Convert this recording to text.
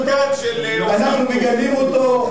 אנחנו מגנים אותו,